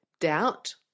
doubt